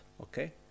okay